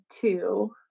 two